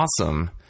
awesome